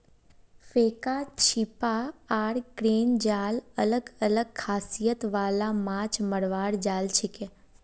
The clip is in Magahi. फेका छीपा आर क्रेन जाल अलग अलग खासियत वाला माछ मरवार जाल छिके